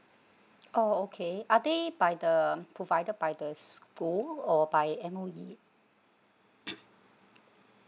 oh okay are they by the provided by the school or by M_O_E